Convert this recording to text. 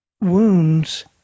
wounds